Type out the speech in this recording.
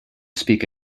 speak